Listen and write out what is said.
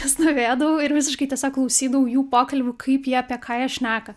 stovėdavau ir visiškai tiesiog klausydavau jų pokalbių kaip jie apie ką jie šneka